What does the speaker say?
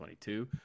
22